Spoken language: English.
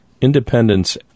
Independence